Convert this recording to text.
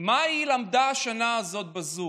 מה היא למדה בשנה הזאת בזום.